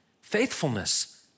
Faithfulness